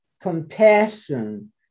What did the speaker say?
compassion